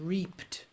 Reaped